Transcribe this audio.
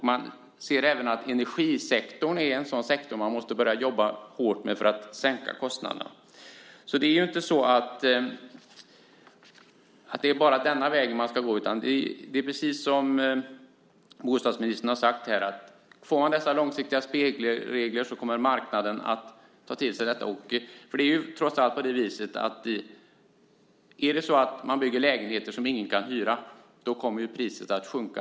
Man ser även att energisektorn är en sådan sektor som man måste börja jobba hårt med för att sänka kostnaderna. Det är inte så att det bara är denna väg man ska gå. Det är precis som bostadsministern har sagt här. Får man dessa långsiktiga spelregler kommer marknaden att ta till sig detta. Om man bygger lägenheter som ingen kan hyra kommer priset att sjunka.